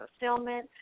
fulfillment